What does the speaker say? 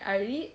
I really